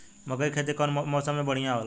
मकई के खेती कउन मौसम में बढ़िया होला?